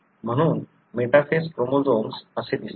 म्हणून metaphase chromosomes असे दिसतात